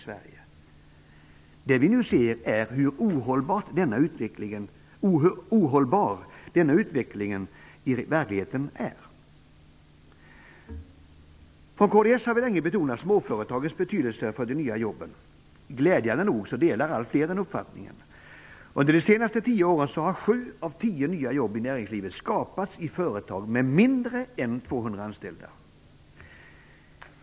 Det som vi nu ser är hur ohållbar denna utveckling i verkligheten är. Från kds har vi länge betonat småföretagens betydelse för de nya jobben. Glädjande nog delar allt fler den uppfattningen. Under de senaste tio åren har 7 av 10 nya jobb i näringslivet skapats i företag med mindre än 200 anställda.